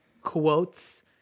quotes